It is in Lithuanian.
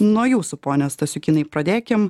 nuo jūsų pone stasiukynai pradėkim